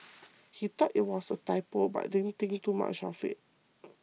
he thought it was a typo but didn't think too much of it